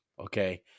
Okay